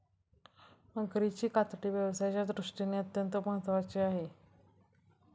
मगरीची कातडी व्यवसायाच्या दृष्टीने अत्यंत महत्त्वाची आहे